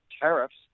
Tariffs